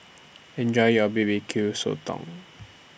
Enjoy your B B Q Sotong